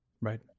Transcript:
Right